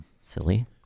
silly